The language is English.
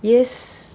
yes